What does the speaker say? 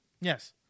Yes